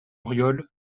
auriol